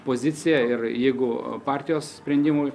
poziciją ir jeigu partijos sprendimui